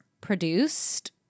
produced